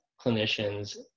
clinicians